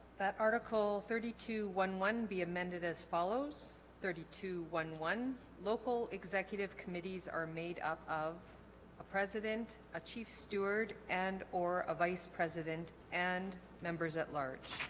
that article thirty two one one be amended as follows thirty two one one local executive committees are made up of a president a chief steward and or a vice president and members at large